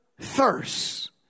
thirst